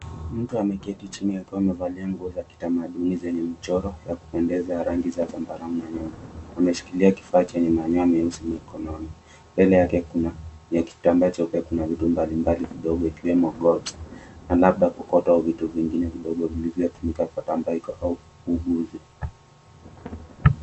Mtu ameketi chini akiwa amevalia nguo za kitamaduni zenye michoro ya kupendeza ya rangi za zambarau na nyeupe. Ameshikilia kifaa chenye manyoa nyeusi mikononi. Mbele yake kuna kitambaa cha upepo na vitu mbali mbali kidogo ikiwemo guards na labda kuokotwa vya vitu vingine vidogo vilivyotumika kwa tumbaiko au uuguzi.